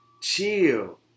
chill